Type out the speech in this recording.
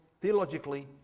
theologically